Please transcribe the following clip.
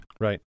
right